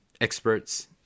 experts